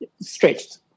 stretched